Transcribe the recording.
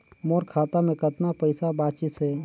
मोर खाता मे कतना पइसा बाचिस हे?